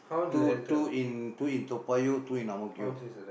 two two in two in Toa-Payoh two in Ang-Mo-Kio